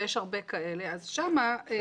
ויש הרבה כאלה שם זה מצב שלא קשור לתוכנית.